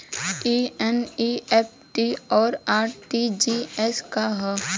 ई एन.ई.एफ.टी और आर.टी.जी.एस का ह?